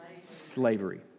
Slavery